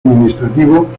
administrativo